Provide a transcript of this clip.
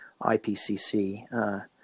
IPCC